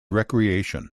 recreation